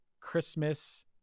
Christmas